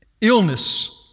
Illness